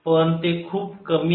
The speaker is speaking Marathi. पण ते खूप कमी आहे